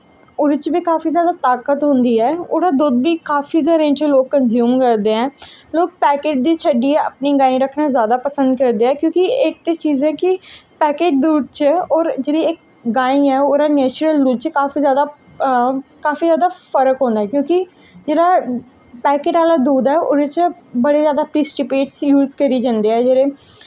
ओह्दे च बी काफी जादा ताकत होंदी ऐ ओह्दा दुद्ध बी काफी घरें च लोक कनज्यूम करदे ऐं लोक पैकेट गी छड्डियै अपने गाय रक्खना जादा पसंद करदे ऐं क्योंकि इक ते चीज़ें गी पैकेट दूध च होर जेह्ड़ी इक गायें ऐं ओह्दे नेचुरल च काफी जादा काफी जादा फर्क होंदा क्योंकि जेह्ड़ा पैकेट आह्ला दुद्ध ऐ ओह्दे च बड़े जादा पीटस स्पेट यूज़ करे जंदे ऐं जेह्ड़े